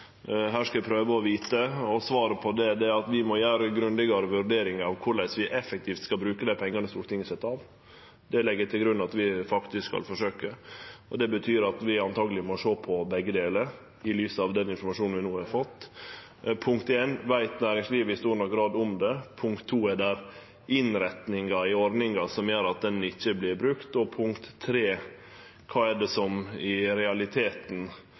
Her skal eg prøve å vite, og svaret på det er at vi må gjere grundigare vurderingar av korleis vi effektivt skal bruke dei pengane Stortinget set av. Det legg eg til grunn at vi faktisk skal forsøkje å gjere. Det betyr at vi truleg må sjå på begge delar, i lys av den informasjonen vi no har fått. Punkt ein: Veit næringslivet i stor nok grad om det? Punkt to: Er det innrettingar i ordninga som gjer at ho ikkje vert brukt? Og punkt tre: Kva er det som i realiteten